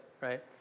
right